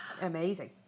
Amazing